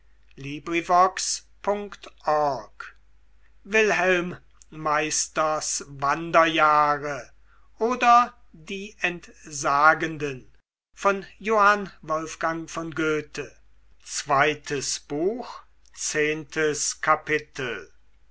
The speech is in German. wilhelm meisters wanderjahre oder die entsagenden